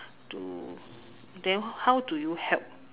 to then how do you help